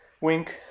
Wink